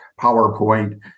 PowerPoint